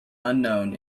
unknown